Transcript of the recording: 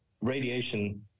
radiation